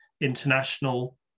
international